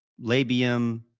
labium